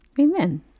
Amen